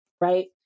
right